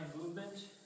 movement